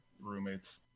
roommate's